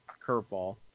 curveball